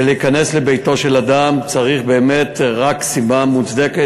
וכדי להיכנס לביתו של אדם צריך באמת רק סיבה מוצדקת,